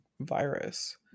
virus